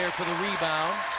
for the rebound.